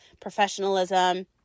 professionalism